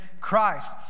christ